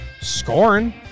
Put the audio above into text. scoring